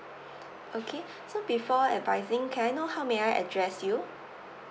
okay so before advising can I know how may I address you